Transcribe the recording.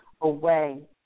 away